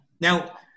Now